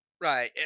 Right